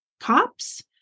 cops